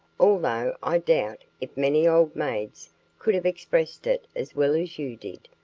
although i doubt if many old maids could have expressed it as well as you did.